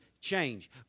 change